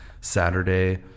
Saturday